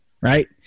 right